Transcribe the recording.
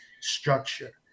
structure